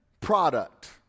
product